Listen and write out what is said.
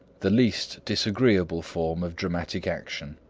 the least disagreeable form of dramatic action.